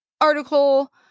article